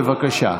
בבקשה.